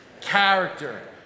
Character